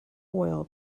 oil